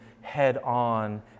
head-on